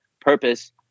purpose